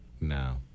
No